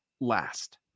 last